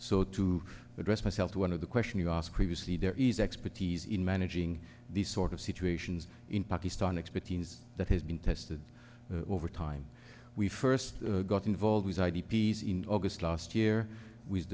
so to address myself to one of the question you asked previously there is expertise in managing these sort of situations in pakistan expertise that has been tested over time we first got involved these i d p s in august last year with